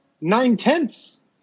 nine-tenths